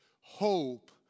hope